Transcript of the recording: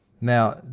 Now